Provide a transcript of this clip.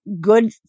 Good